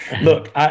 Look